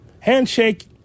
Handshake